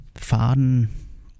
Faden